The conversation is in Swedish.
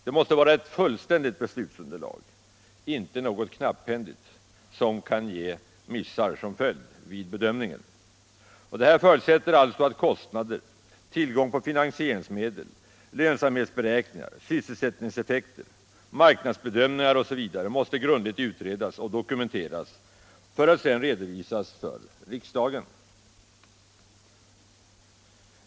Det måste vara ett fullständigt beslutsunderlag, inte ett knapphändigt sådant, som kan föranleda missar vid bedömningen. Det här förutsätter att kostnader, tillgång på finansieringsmedel, — lönsamhetsberäkningar, = sysselsättningseffekter, marknadsbedömningar osv. måste grundligt utredas och dokumenteras för att sedan redovisas för riksdagen.